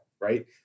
right